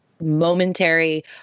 momentary